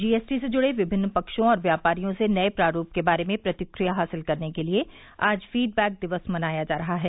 GST से जुड़े विभिन्न पक्षों और व्यापारियों से नये प्रारूप के बारे में प्रतिक्रिया हासिल करने के लिए आज फीडबैक दिवस मनाया जा रहा है